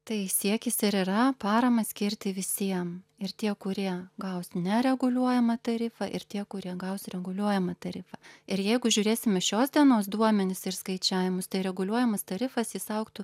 tai siekis ir yra paramą skirti visiem ir tie kurie gaus nereguliuojamą tarifą ir tie kurie gaus reguliuojamą tarifą ir jeigu žiūrėsime šios dienos duomenis ir skaičiavimus tai reguliuojamas tarifas jis augtų